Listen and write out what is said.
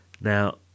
Now